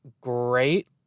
great